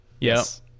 Yes